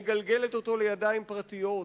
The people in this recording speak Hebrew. מגלגלת אותו לידיים פרטיות,